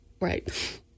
Right